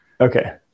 Okay